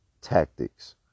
tactics